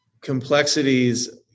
complexities